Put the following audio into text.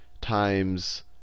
times